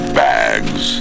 bags